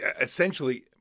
essentially